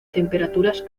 temperaturas